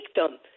victim